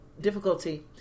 difficulty